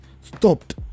stopped